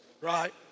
right